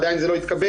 עדיין זה לא התקבל,